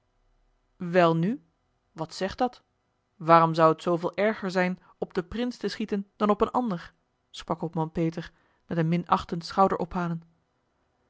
welnu wat zegt dat waarom zou het zooveel erger zijn op den prins te schieten dan op een ander sprak hopman peter met een minachtend schouderophalen